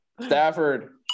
Stafford